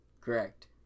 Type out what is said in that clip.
Correct